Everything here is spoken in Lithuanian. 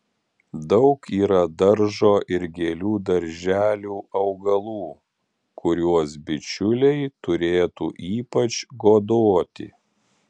daug yra daržo ir gėlių darželių augalų kuriuos bičiuliai turėtų ypač godoti